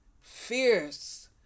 fierce